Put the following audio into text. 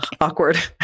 awkward